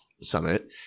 Summit